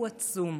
הוא עצום.